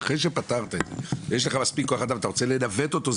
אחרי שפתרת את זה ויש לך מספיק כוח אדם ואתה רוצה לנווט אותו,